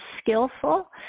skillful